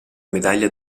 medaglia